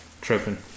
Tripping